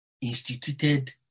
instituted